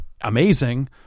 amazing